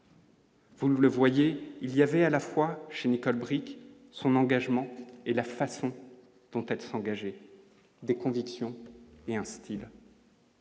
Vous le voyez, il y avait à la fois chez Nicole Bricq, son engagement et la façon dont elle s'engager des convictions et un Style.